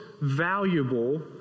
valuable